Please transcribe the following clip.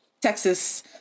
Texas